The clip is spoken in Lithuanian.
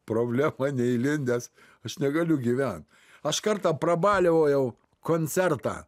problemą neįlindęs aš negaliu gyvent aš kartą prabaliavojau koncertą